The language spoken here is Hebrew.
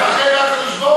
הוא מפחד מהקדוש-ברוך-הוא.